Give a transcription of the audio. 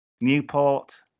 Newport